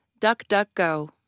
DuckDuckGo